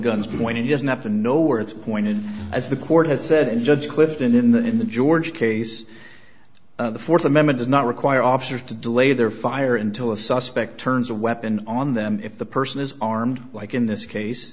guns point he doesn't have to know where it's pointed as the court has said and judge clifton in the in the george case the fourth amendment does not require officers to delay their fire until a suspect turns a weapon on them if the person is armed like in this case